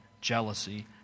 jealousy